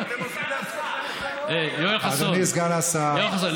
אתם עוזרים לעצמכם, אדוני סגן השר, יואל חסון,